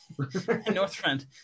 Northrend